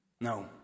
no